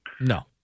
no